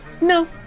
No